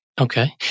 Okay